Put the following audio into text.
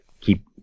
keep